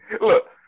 Look